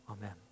Amen